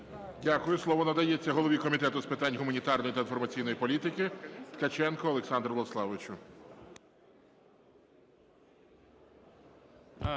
Дякую. Слово надається голові Комітету з питань гуманітарної та інформаційної політики Ткаченку Олександру Владиславовичу.